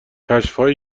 کاشفایی